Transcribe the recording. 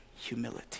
Humility